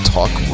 Talk